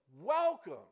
welcome